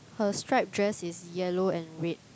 her stripe dress is yellow and red